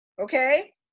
okay